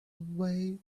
way